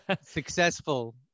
successful